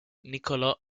niccolò